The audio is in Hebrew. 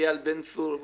איל בן ראובן,